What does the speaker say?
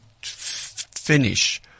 finish